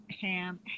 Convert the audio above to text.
ham